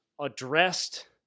addressed